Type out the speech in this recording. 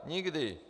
Nikdy.